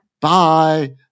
bye